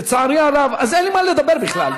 לצערי הרב, אז אין לי מה לדבר בכלל.